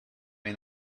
may